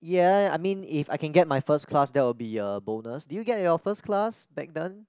ya I mean if I can get my first class that would be a bonus did you get your first class back then